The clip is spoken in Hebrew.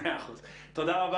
תודה רבה.